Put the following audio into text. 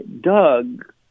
Doug